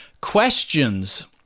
questions